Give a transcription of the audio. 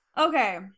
Okay